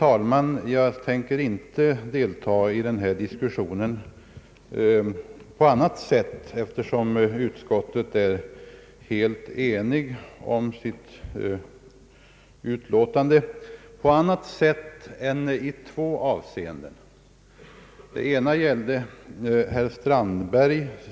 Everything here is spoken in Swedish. Herr talman! Eftersom utskottet är enigt ämnar jag delta i denna diskussion bara för att göra ett par påpekanden.